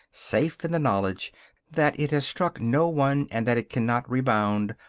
safe in the knowledge that it has struck no one and that it cannot rebound,